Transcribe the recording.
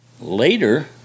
later